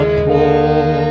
poor